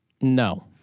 No